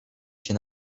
się